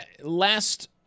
last